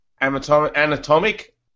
anatomic